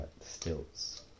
stilts